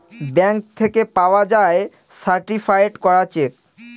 bank থেকে পাওয়া যায় সার্টিফায়েড করা চেক